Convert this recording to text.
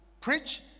preach